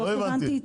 לא הבנתי.